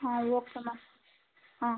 ಹಾಂ okay ma'am ಹಾಂ